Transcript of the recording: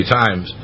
times